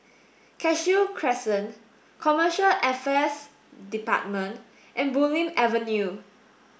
Cashew Crescent Commercial Affairs Department and Bulim Avenue